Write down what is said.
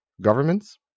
governments